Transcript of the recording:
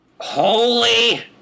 Holy